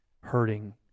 hurting